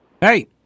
Hey